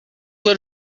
load